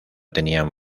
tenían